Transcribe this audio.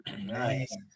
nice